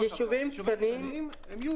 ישובים קטנים הם אזור סטטיסטי אחד.